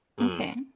Okay